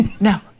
No